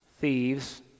Thieves